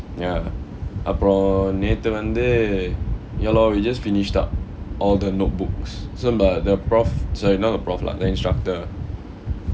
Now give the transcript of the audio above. ya அப்றம் நேத்து வந்து:apram naethu vanthu ya lor we just finished up all the notebooks UKN the prof zarina the prof lah the instructor